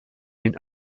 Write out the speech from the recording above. den